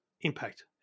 impact